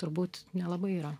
turbūt nelabai yra